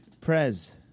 prez